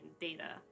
data